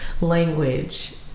language